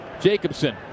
Jacobson